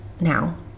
now